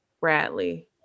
Bradley